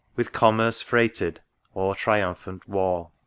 with commerce freighted or triumphant war